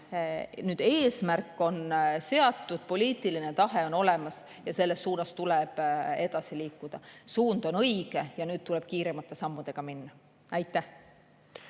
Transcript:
teha. Eesmärk on seatud, poliitiline tahe on olemas ja selles suunas tuleb edasi liikuda. Suund on õige ja nüüd tuleb kiiremate sammudega minna. Aitäh!